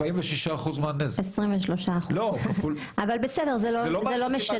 46%. 23% אבל לא משנה.